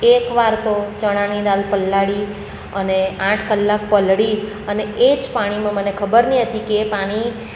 એક વાર તો ચણાની દાળ પલાળી અને આઠ કલાક પલળી અને એ જ પાણીમાં મને ખબર નહિ હતી કે એ પાણી